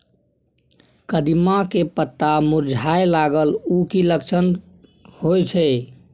कदिम्मा के पत्ता मुरझाय लागल उ कि लक्षण होय छै?